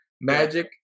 Magic